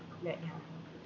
like